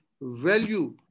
value